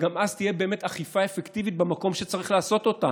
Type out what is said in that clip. ואז תהיה באמת אכיפה אפקטיבית במקום שצריך לעשות אותה.